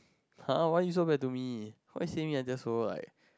[huh] why you so bad to me why say me I just so like